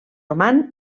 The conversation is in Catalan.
roman